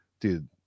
dude